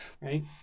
Right